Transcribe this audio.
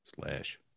slash